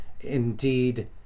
Indeed